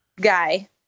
guy